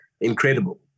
incredible